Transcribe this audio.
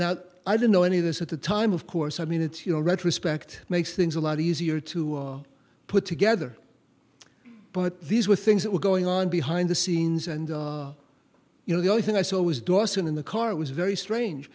now i didn't know any of this at the time of course i mean it's you know retrospect makes things a lot easier to put together but these were things that were going on behind the scenes and you know the only thing i saw was dawson in the car it was very strange